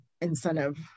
incentive